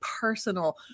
personal